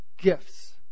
gifts